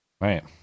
right